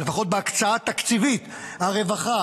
או לפחות בהקצאת תקציבי הרווחה,